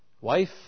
wife